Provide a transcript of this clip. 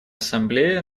ассамблее